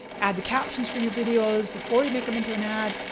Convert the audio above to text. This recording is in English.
add the captions for your videos before you make them into an ad.